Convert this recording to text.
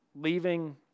leaving